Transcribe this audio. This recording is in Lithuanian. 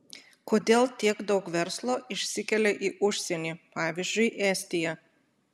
kodėl tiek daug verslo išsikelia į užsienį pavyzdžiui estiją